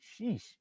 Sheesh